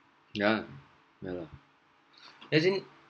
yeah yeah lah as in